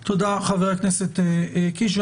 תודה, חבר הכנסת קיש.